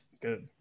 Good